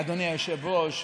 אדוני היושב-ראש,